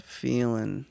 feeling